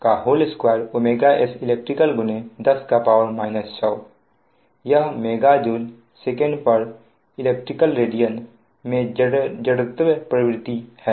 जहां M J 2s elect10 6यह MJ secelect radian मैं जड़त्व प्रवृत्ति है